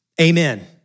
Amen